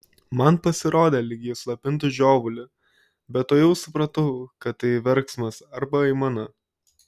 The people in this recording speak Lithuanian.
man pasirodė lyg ji slopintų žiovulį bet tuojau supratau kad tai verksmas arba aimana